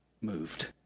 moved